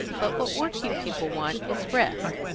but what working people want is rest,